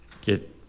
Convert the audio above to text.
get